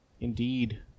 Indeed